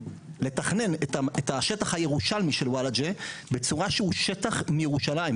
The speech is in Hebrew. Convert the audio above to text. לתכנן את השטח הירושלמי של וולאג'ה בצורה שהוא שטח מירושלים,